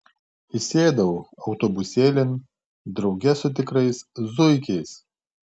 įsėdau autobusėlin drauge su tikrais zuikiais